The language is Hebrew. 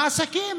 העסקים